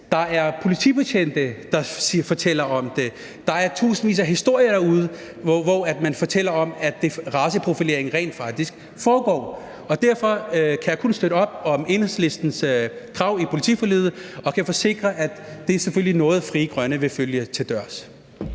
Der er politibetjente, der fortæller om det. Der er tusindvis af historier ude, hvor man fortæller om, at raceprofilering rent faktisk foregår. Derfor kan jeg kun støtte op om Enhedslistens krav i politiforliget og kan forsikre om, at det selvfølgelig er noget, Frie Grønne vil følge til dørs.